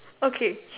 okay